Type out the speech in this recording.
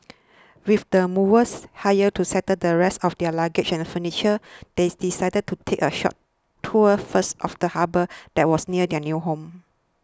with the movers hired to settle the rest of their luggage and furniture they decided to take a short tour first of the harbour that was near their new home